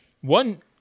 one